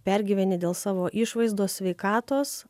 pergyveni dėl savo išvaizdos sveikatos